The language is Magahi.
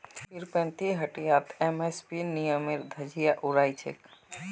पीरपैंती हटियात एम.एस.पी नियमेर धज्जियां उड़ाई छेक